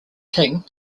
king